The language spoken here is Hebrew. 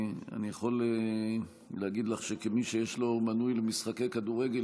אני יכול להגיד לך שכמי שיש לו מנוי למשחקי כדורגל,